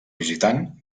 visitant